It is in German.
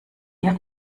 ihrem